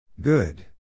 good